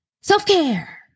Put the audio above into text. Self-care